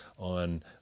on